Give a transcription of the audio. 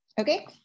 Okay